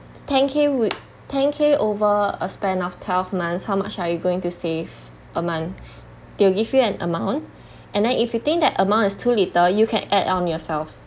ten K w~ ten K over a span of twelve months how much are you going to save a month they'll give you an amount and then if you think that amount is too little you can add on yourself